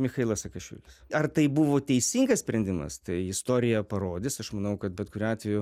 michailas sakašvilis ar tai buvo teisingas sprendimas tai istorija parodys aš manau kad bet kuriuo atveju